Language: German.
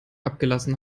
abgelassen